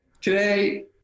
Today